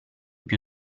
più